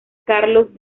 carlos